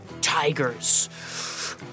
tigers